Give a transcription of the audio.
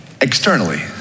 Externally